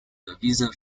gewisse